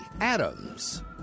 Adams